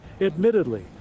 Admittedly